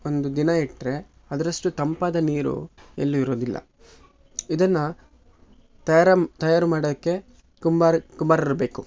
ಒಂದು ದಿನ ಇಟ್ಟರೆ ಅದರಷ್ಟು ತಂಪಾದ ನೀರು ಎಲ್ಲೂ ಇರೋದಿಲ್ಲ ಇದನ್ನು ತಯಾರಮ್ ತಯಾರು ಮಾಡೋಕ್ಕೆ ಕುಂಬಾರ ಕುಂಬಾರರು ಬೇಕು